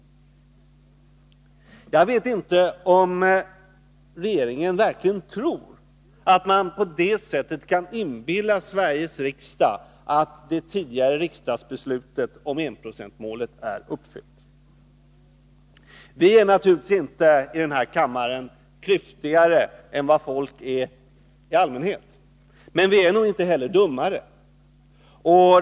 Jag vet inte om regeringen verkligen tror att man på det sättet kan inbilla Sveriges riksdag att det tidigare riksdagsbeslutet om enprocentsmålet är uppfyllt. Vi är naturligtvis i denna kammare inte klyftigare än vad folk i allmänhet är, men vi är nog inte heller dummare.